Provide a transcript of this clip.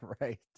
right